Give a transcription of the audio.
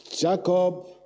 Jacob